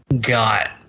got